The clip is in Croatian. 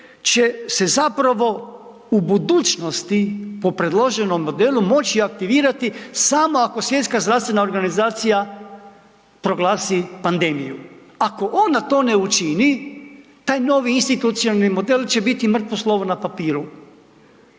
će se zapravo u budućnosti po predloženom modelu moći aktivirati samo ako Svjetska zdravstvena organizacija proglasi pandemiju. Ako ona to ne učini, taj novi institucionalni model će biti mrtvo slovo na papiru.